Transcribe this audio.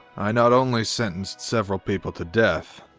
i not only sentenced several people to death,